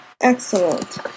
excellent